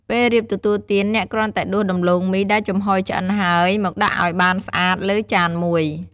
ពេលរៀបទទួលទាន អ្នកគ្រាន់តែដួសដំឡូងមីដែលចំហុយឆ្អិនហើយ មកដាក់ឱ្យបានស្អាតលើចានមួយ។